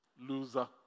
Loser